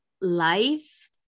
life